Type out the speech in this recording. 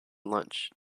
lunch